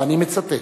ואני מצטט: